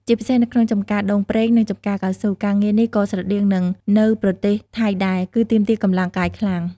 ជាពិសេសនៅក្នុង ចម្ការដូងប្រេង និង ចម្ការកៅស៊ូ ការងារនេះក៏ស្រដៀងនឹងនៅប្រទេសថៃដែរ គឺទាមទារកម្លាំងកាយខ្លាំង។